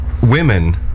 women